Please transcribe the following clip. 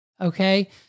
Okay